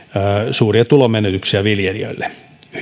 suuria tulonmenetyksiä viljelijöille